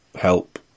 help